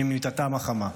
ממיטתם החמה,